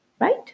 right